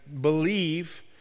believe